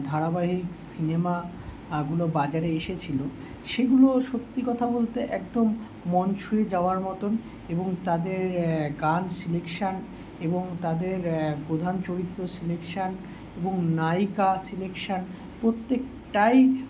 ধারাবাহিক সিনেমা এগুলো বাজারে এসেছিলো সেগুলো সত্যি কথা বলতে একদম মন ছুঁয়ে যাওয়ার মতন এবং তাদের গান সিলেকশান এবং তাদের প্রধান চরিত্র সিলেকশান এবং নায়িকা সিলেকশান প্রত্যেকটাই